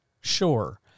sure